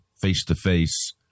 face-to-face